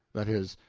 that is,